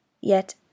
Yet